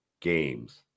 games